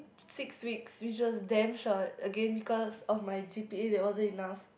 six weeks which was damn short again cause of my G_P_A that wasn't enough